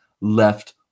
left